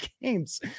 games